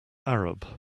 arab